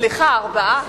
סליחה, ארבעה.